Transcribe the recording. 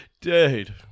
Dude